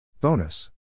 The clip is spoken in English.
Bonus